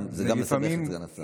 זה גם מסבך את סגן השר.